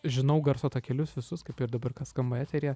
žinau garso takelius visus kaip ir dabar kas skamba eteryje